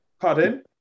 Pardon